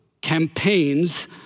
campaigns